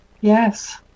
Yes